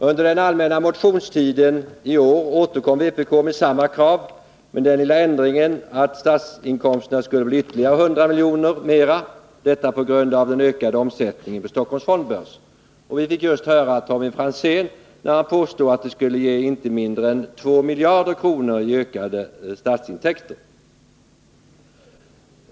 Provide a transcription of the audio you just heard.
Under den allmänna motionstiden i år återkom vpk med samma krav med den lilla ändringen att statsinkomsterna skulle bli ytterligare 100 miljoner större, detta på grund av den ökade omsättningen på Stockholms fondbörs. Vi fick just höra Tommy Franzén påstå att detta skulle ge inte mindre än 2 miljarder kronor i ökade statsintäkter.